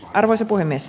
arvoisa puhemies